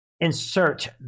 insert